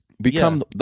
Become